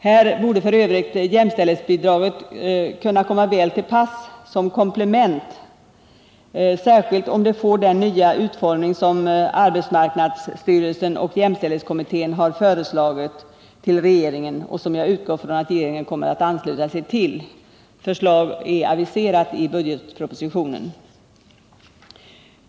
Här borde f. ö. jämställdhetsbidraget kunna komma väl till pass som komplement, särsk ilt om det får den nya utformning som arbetsmarknadsstyrelsen och jämställdhetskommittén har föreslagit regeringen och som jag utgår från att regeringen kommer att ansluta sig till. Förslag är aviserat i budgetpropositionen.